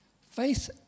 Faith